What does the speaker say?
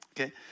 Okay